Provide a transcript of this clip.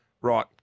Right